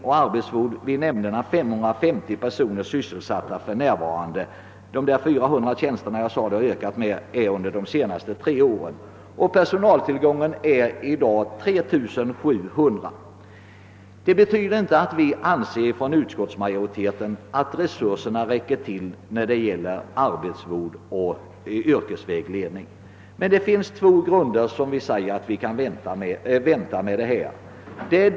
För närvarande är ungefär 550 personer sysselsatta med dessa uppgifter. Personaltillgången uppgår i dag till 3 700 personer. Vi anser inte inom utskottsmajoriteten att resurserna för arbetsvård och yrkesvägledning är tillräckliga. Vi menar emellertid att man av två anledningar kan vänta med den föreslagna ökningen.